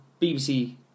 BBC